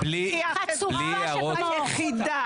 חצופה שכמוך,